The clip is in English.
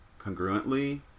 congruently